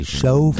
show